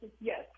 Yes